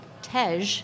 Tej